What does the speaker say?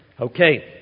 Okay